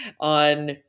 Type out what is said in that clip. on